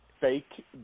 fake